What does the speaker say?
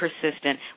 persistent